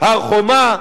הר-חומה,